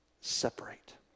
separate